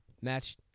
match